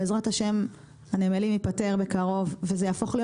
בעזרת השם הנמלים ייפתר בקרוב וזה יהפוך להיות